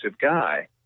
guy